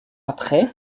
après